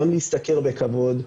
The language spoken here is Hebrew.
גם להשתכר בכבוד,